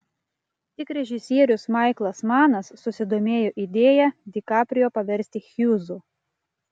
tik režisierius maiklas manas susidomėjo idėja di kaprijo paversti hjūzu